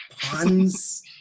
puns